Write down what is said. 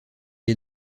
est